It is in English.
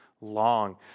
long